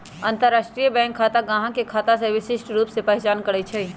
अंतरराष्ट्रीय बैंक खता संख्या गाहक के खता के विशिष्ट रूप से पहीचान करइ छै